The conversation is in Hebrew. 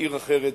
בעיר אחרת,